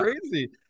crazy